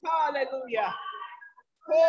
Hallelujah